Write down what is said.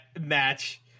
match